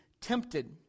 tempted